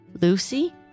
Lucy